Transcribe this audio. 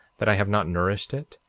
that i have not nourished it,